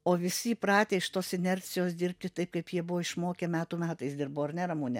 o visi įpratę iš tos inercijos dirbti taip kaip jie buvo išmokę metų metais dirbo ar ne ramune